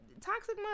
toxic